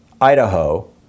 Idaho